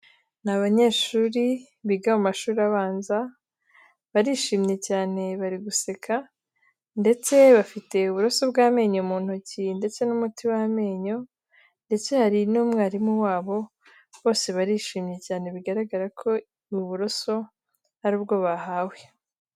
Ni abanyeshuri biga mu mashuri abanza, barishimye cyane bari guseka ndetse bafite uburoso bw'amenyo mu ntoki ndetse n'umuti w'amenyo, ndetse hari n'umwarimu wabo bose barishimye cyane bigaragara ko ubu buroso ari ubwo bahawe.